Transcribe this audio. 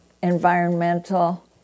environmental